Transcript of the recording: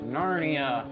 Narnia